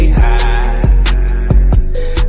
high